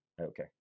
Okay